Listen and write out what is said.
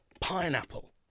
Pineapple